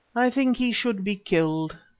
i think he should be killed.